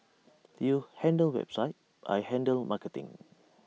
you handle website I handle marketing